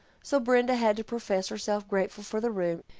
so brenda had to profess herself grateful for the room,